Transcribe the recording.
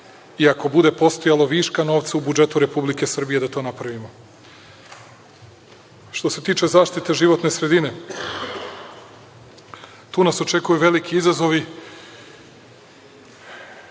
ako bude postojalo viška novca u budžetu Republike Srbije, da to napravimo. Što se tiče zaštite životne sredine, tu nas očekuju veliki izazovi.